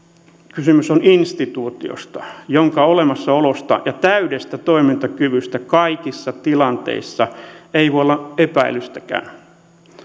kysymys on instituutiosta jonka olemassaolosta ja täydestä toimintakyvystä kaikissa tilanteissa ei voi olla epäilystäkään